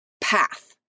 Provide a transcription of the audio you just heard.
path